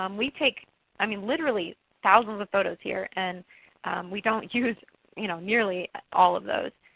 um we take i mean literally thousands of photos here, and we don't use you know nearly all of those,